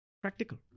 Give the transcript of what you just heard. Practical